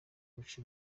guca